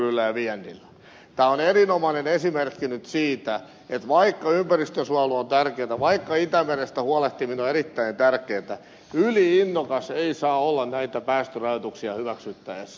tämä on nyt erinomainen esimerkki siitä että vaikka ympäristönsuojelu on tärkeätä vaikka itämerestä huolehtiminen on erittäin tärkeätä yli innokas ei saa olla näitä päästörajoituksia hyväksyttäessä